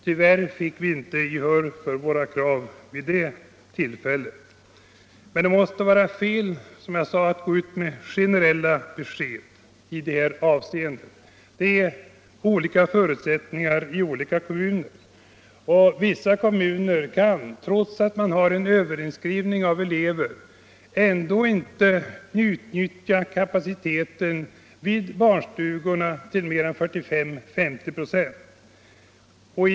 Tyvärr fick vi inte gehör för våra krav vid det tillfället. Men det måste vara fel att gå ut med generella besked i detta avseende. Olika kommuner har olika förutsättningar. Vissa kommuner kan trots en överinskrivning av elever ändå inte utnyttja kapaciteten vid barnstugorna till mer än 45-50 96.